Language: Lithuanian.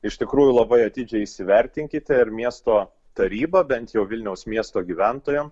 iš tikrųjų labai atidžiai įsivertinkite ir miesto taryba bent jau vilniaus miesto gyventojam